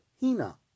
hina